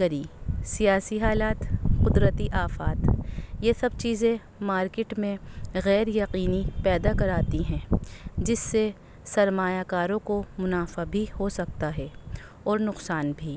گری سیاسی حالات قدرتی آفات یہ سب چیزیں مارکیٹ میں غیر یقینی پیدا کراتی ہیں جس سے سرمایہ کاروں کو منافع بھی ہو سکتا ہے اور نقصان بھی